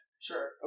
Sure